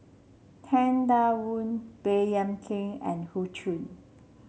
Tang Da Wu Baey Yam Keng and Hoey Choo